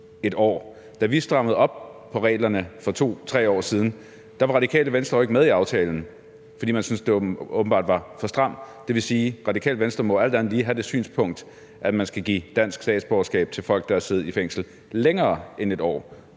1 år. Da vi strammede op på reglerne for 2-3 år siden, var Radikale Venstre jo ikke med i aftalen, fordi man syntes, det åbenbart var for stramt. Det vil sige, at Radikale Venstre jo alt andet lige må have det synspunkt, at man skal give dansk statsborgerskab til folk, der har siddet i fængsel længere end 1 år.